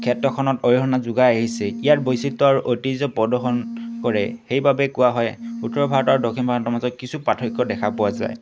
ক্ষেত্ৰখনত অৰিহণা যোগাই আহিছে ইয়াত বৈচিত্ৰ্য় ঐতিহ্য প্ৰদৰ্শন কৰে সেইবাবে কোৱা হয় উত্তৰ ভাৰত আৰু দক্ষিণ ভাৰতৰ মাজত কিছু পাৰ্থক্য দেখা পোৱা যায়